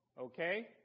Okay